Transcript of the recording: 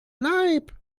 leib